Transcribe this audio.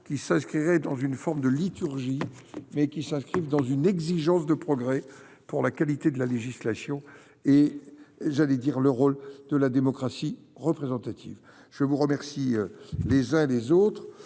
qui s'inscrirait dans une forme de liturgie mais qui s'inscrivent dans une exigence de progrès pour la qualité de la législation et j'allais dire le rôle de la démocratie représentative, je vous remercie les uns les autres